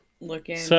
looking